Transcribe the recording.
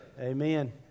Amen